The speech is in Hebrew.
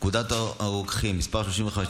פקודת הרוקחים (מס' 35),